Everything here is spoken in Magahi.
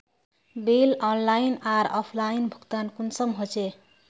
बिल ऑनलाइन आर ऑफलाइन भुगतान कुंसम होचे?